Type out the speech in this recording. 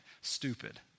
stupid